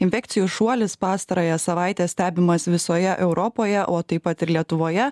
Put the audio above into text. infekcijų šuolis pastarąją savaitę stebimas visoje europoje o taip pat ir lietuvoje